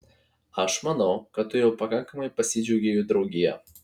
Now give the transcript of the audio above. aš manau kad tu jau pakankamai pasidžiaugei jų draugija